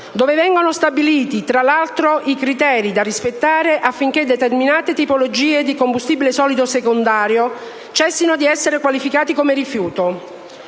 cui vengono stabiliti, tra l'altro, i criteri da rispettare affinché determinate tipologie di combustibile solido secondario cessino di essere qualificate come rifiuto.